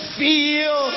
feel